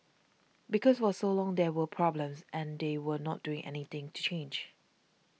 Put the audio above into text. because for so long there were problems and they were not doing anything to change